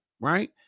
Right